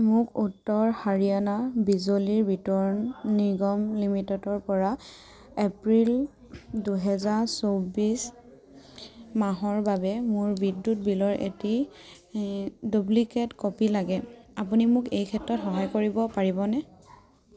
মোক উত্তৰ হাৰিয়ানা বিজলী বিতৰণ নিগম লিমিটেডৰপৰা এপ্ৰিল দুহেজাৰ চৌবিছ মাহৰ বাবে মোৰ বিদ্যুৎ বিলৰ এটি ডুপ্লিকেট কপি লাগে আপুনি মোক এই ক্ষেত্ৰত সহায় কৰিব পাৰিবনে